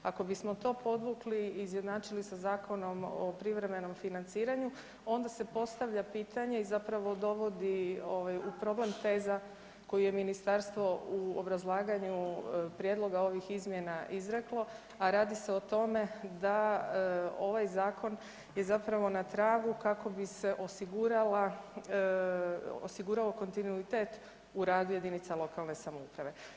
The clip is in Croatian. Ako bismo to podvukli i izjednačili sa Zakonom o privremenom financiranju onda se postavlja pitanje i zapravo dovodi u problem teza koju je ministarstvo u obrazlaganju prijedloga ovih izmjena izreklo, a radi se o tome da ovaj Zakon je zapravo na tragu kako bi se osigurao kontinuitet u radu jedinica lokalne samouprave.